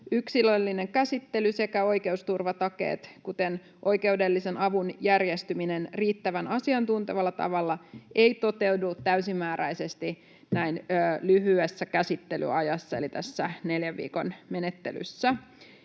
yksilöllinen käsittely sekä oikeusturvatakeet, kuten oikeudellisen avun järjestyminen riittävän asiantuntevalla tavalla, eivät toteudu täysimääräisesti näin lyhyessä käsittelyajassa eli tässä neljän viikon menettelyssä.